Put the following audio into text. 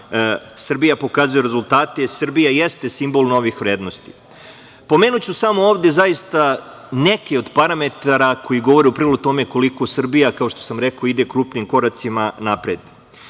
Srbija pokazuje rezultate. Srbija jeste simbol novih vrednosti. Pomenuću ovde samo neke od parametara koji govore u prilog tome koliko Srbija, kao što sam rekao, ide krupnim koracima napred. Najpre,